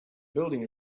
building